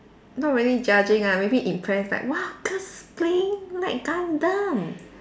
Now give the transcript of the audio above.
not really judging ah maybe impressed like !wah! girls playing like Gundam